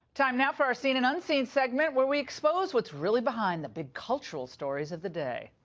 time now for our seen and unseen segment where we expose what's really behind the big cultural stories of the day.